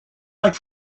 like